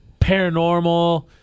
paranormal